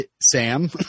Sam